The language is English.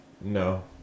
No